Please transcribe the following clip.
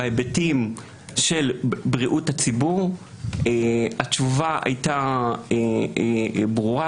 בהיבטים של בריאות הציבור התשובה הייתה ברורה,